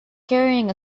carrying